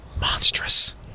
monstrous